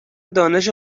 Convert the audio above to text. دانش